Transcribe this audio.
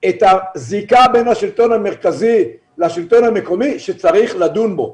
את הזיקה בין השלטון המרכזי לשלטון המקומי שצריך לדון בו.